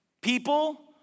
People